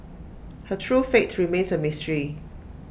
her true fate remains A mystery